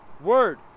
Word